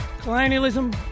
colonialism